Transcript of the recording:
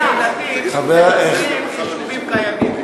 מסכנים יישובים קיימים,